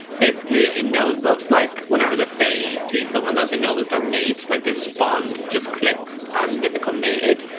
basically in those books like whenever the fae see someone that the know is their mate like this bond just clicks and they become mated,